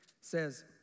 says